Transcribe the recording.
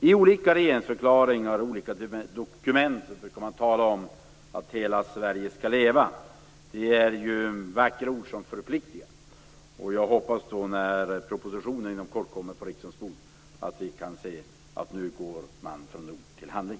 I olika regeringsförklaringar och dokument brukar man tala om att hela Sverige skall leva. Det är vackra ord som förpliktar. När propositionen inom kort kommer på riksdagens bord hoppas jag att vi skall kunna se att man nu går från ord till handling.